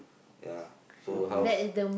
ya so how's